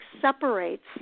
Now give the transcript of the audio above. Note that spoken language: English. separates